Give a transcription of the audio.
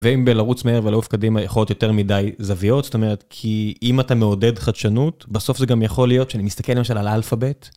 ואם בלרוץ מהר ולעוף קדימה יכולות יותר מדי זוויות, זאת אומרת, כי אם אתה מעודד חדשנות, בסוף זה גם יכול להיות שאני מסתכל למשל על אלפאבית.